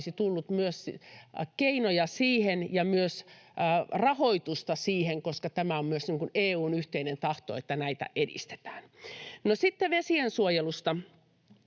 olisi tullut myös keinoja ja rahoitusta siihen, koska tämä on myös EU:n yhteinen tahto, että näitä edistetään. No sitten vesiensuojelusta.